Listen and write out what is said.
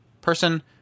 person